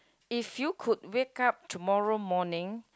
if you could wake up tomorrow morning